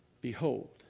Behold